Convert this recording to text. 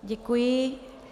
Děkuji.